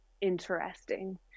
interesting